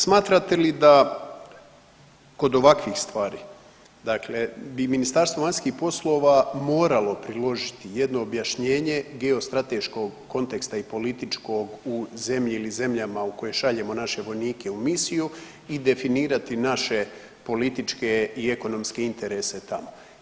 Smatrate li da kod ovakvih stvari dakle, bi Ministarstvo vanjskih poslova moralo priložiti jedno objašnjenje geostrateškog konteksta i političko u zemlji ili zemljama u koje šaljemo naše vojnike u misiju i definirati naše političke i ekonomske interese tamo?